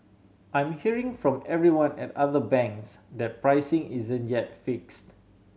I'm hearing from everyone at other banks that pricing isn't yet fixed